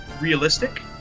realistic